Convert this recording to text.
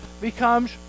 becomes